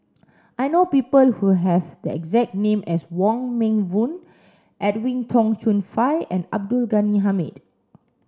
I know people who have the exact name as Wong Meng Voon Edwin Tong Chun Fai and Abdul Ghani Hamid